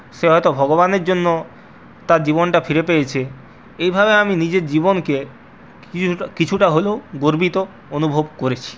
সে হয়ত ভগবানের জন্য তার জীবনটা ফিরে পেয়েছে এইভাবে আমি নিজের জীবনকে কিছুটা হলেও গর্বিত অনুভব করেছি